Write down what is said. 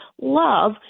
love